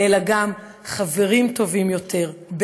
אלא גם חברים טובים יותר,